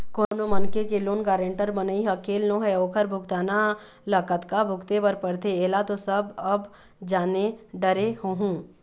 कोनो मनखे के लोन गारेंटर बनई ह खेल नोहय ओखर भुगतना ल कतका भुगते बर परथे ऐला तो सब अब जाने डरे होहूँ